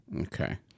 Okay